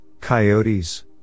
coyotes